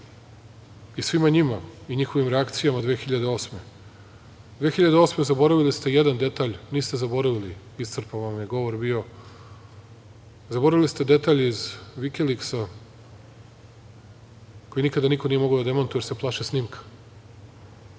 i svima njima i njihovim reakcijma 2008. godine. Te 2008. godine, zaboravili ste jedan detalj, niste zaboravili, iscrpan vam je govor bio, zaboravili ste detalj iz Vikiliksa, koji nikada niko mogao da demantuje, jer se plaše snimka,